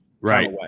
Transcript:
right